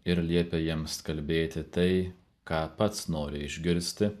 ir liepia jiems kalbėti tai ką pats nori išgirsti